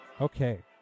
okay